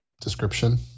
description